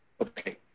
Okay